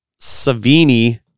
savini